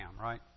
right